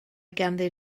ganddi